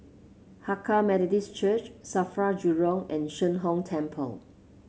Hakka Methodist Church Safra Jurong and Sheng Hong Temple